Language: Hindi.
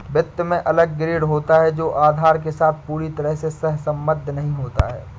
वित्त में अलग ग्रेड होता है जो आधार के साथ पूरी तरह से सहसंबद्ध नहीं होता है